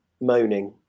moaning